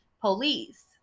police